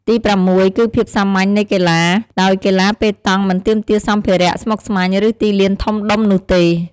ទីប្រាំមួយគឺភាពសាមញ្ញនៃកីឡា ដោយកីឡាប៉េតង់មិនទាមទារសម្ភារៈស្មុគស្មាញ ឬទីលានធំដុំនោះទេ។